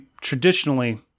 traditionally